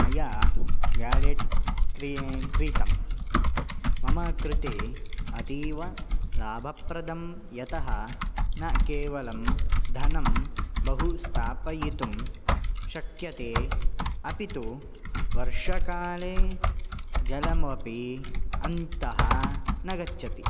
मया वेलेट् क्री क्रीतं मम कृते अतीवलाभप्रदं यतः न केवलं धनं बहु स्थापयितुं शक्यते अपि तु वर्षाकाले जलमपि अन्तः न गच्छति